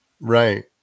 Right